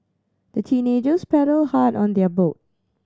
the teenagers paddled hard on their boat